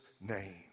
name